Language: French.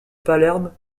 palerme